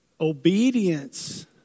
Obedience